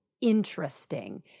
interesting